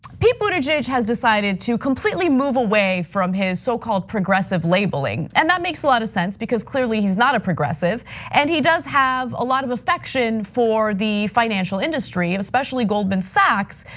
pete buttigieg has decided to completely move away from his so-called progressive labeling. and that makes a lot of sense because, clearly, he's not a progressive and he does have a lot of affection for the financial industry, especially goldman sachs.